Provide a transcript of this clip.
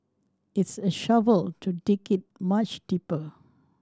it's a shovel to dig it much deeper